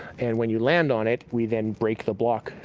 and when you land on it, we then break the block,